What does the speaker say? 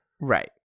Right